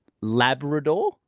Labrador